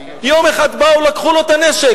יום אחד באו, לקחו לו את הנשק.